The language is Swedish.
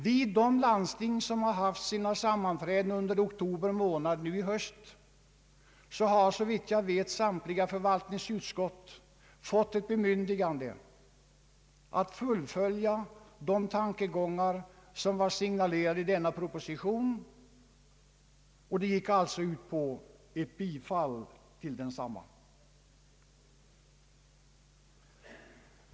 Vid de landsting som sammanträtt under oktober månad denna höst har såvitt jag vet samtliga förvaltningsutskott fått bemyndigande att fullfölja de tankegångar som signalerats i denna proposition. Detta gick ut på ett bifall till propositionen.